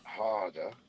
harder